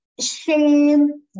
shame